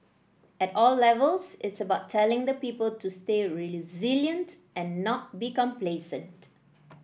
at all levels it's about telling the people to stay resilient and not be complacent